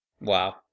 Wow